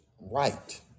right